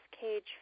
cage